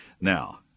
Now